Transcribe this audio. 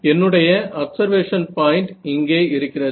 என்னுடைய observation point இங்கே இருக்கிறது